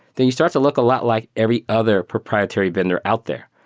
then you start to look a lot like every other proprietary vendor out there,